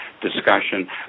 discussion